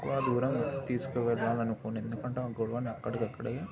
ఎక్కువ దూరం తీసుకవెళ్లాలి అనుకోను ఎందుకంటే ఆ గొడవను అక్కడికిఅక్కడే